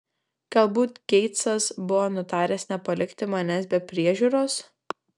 galbūt geitsas buvo nutaręs nepalikti manęs be priežiūros